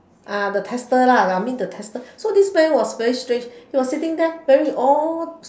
uh the tester lah I mean the tester so this man was very strange he was sitting there wearing all